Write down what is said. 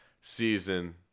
season